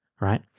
right